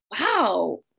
wow